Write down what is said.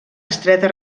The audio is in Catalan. estreta